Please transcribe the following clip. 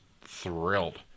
thrilled